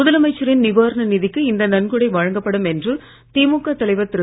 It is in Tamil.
முதலமைச்சரின் நிவாரண நிதிக்கு இந்த நன்கொடை வழங்கப்படும் என்று திமுக தலைவர் திரு